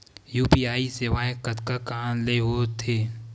UPI सेवाएं कतका कान ले हो थे?